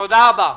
תודה רבה.